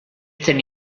zen